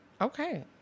okay